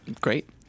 Great